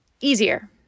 easier